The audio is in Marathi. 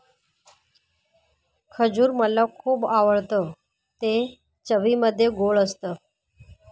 खजूर मला खुप आवडतं ते चवीमध्ये गोड असत